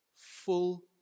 Full